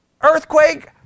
Earthquake